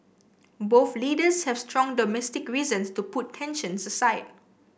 both leaders have strong domestic reasons to put tensions aside